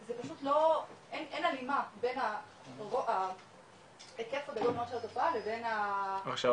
זה פשוט אין הלימה בין ההיקף הגדול מאוד של התופעה לבין ההרשעות